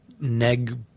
Neg